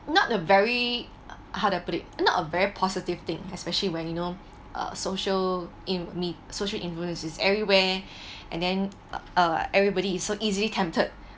not a very uh how I put it not a very positive thing especially when you know uh social in need social influencers everywhere and then uh everybody is so easily tempted